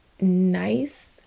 nice